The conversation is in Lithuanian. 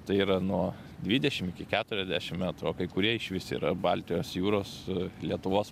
tai yra nuo dvidešim iki keturiasdešim metrų o kai kurie išvis yra baltijos jūros lietuvos